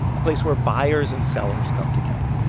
a place where buyers and sellers come together,